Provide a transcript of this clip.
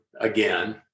again